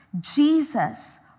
Jesus